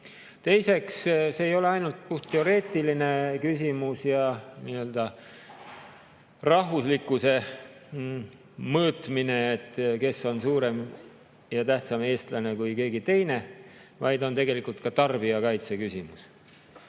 Teiseks, see ei ole ainult puhtteoreetiline küsimus ja nii-öelda rahvuslikkuse mõõtmine, et kes on suurem ja tähtsam eestlane kui keegi teine, vaid on tegelikult ka tarbijakaitse küsimus,